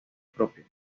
propia